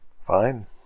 fine